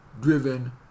driven